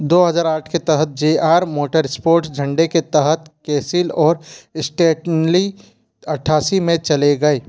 दो हज़ार आठ के तहत जे आर मोटरस्पोर्ट्स झंडे के तहत कैसिल और स्टेटनली अठासी में चले गए